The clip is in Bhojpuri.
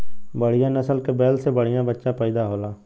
बढ़िया नसल के बैल से बढ़िया बच्चा पइदा होला